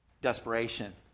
desperation